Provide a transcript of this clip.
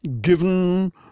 given